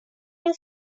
این